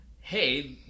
hey